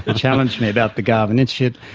ah challenged me about the garvan institute.